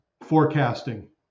forecasting